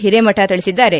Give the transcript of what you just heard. ಹಿರೇಮಠ ತಿಳಿಸಿದ್ದಾರೆ